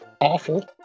Awful